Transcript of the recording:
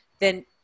then-